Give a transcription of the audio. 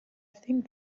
think